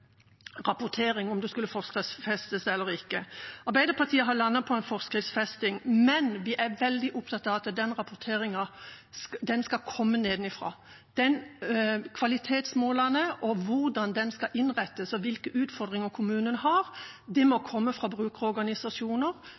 rapportering, om det skulle forskriftsfestes eller ikke. Arbeiderpartiet har landet på en forskriftsfesting, men vi er veldig opptatt av at rapporteringen skal komme nedenfra. Kvalitetsmålerne og hvordan rapporteringen skal innrettes, og hvilke utfordringer kommunen har, må komme fra